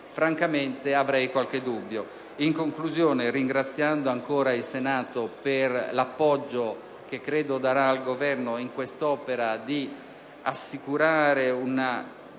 Francamente avrei qualche dubbio. In conclusione, ringraziando ancora il Senato per l'appoggio che credo darà al Governo nell'opera volta ad assicurare una